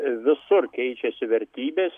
visur keičiasi vertybės